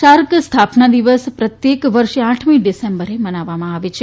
SAARC સ્થાપના દિવસ પ્રત્યેક વર્ષે આઠમી ડિસેમ્બરે મનાવવામાં આવે છે